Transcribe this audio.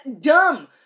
dumb